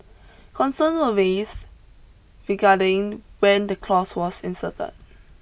concern were raised regarding when the clause was inserted